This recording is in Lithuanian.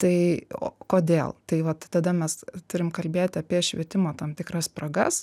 tai o kodėl tai vat tada mes turim kalbėti apie švietimo tam tikras spragas